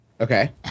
Okay